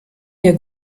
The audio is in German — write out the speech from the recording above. der